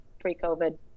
pre-covid